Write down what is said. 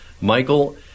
Michael